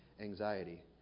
anxiety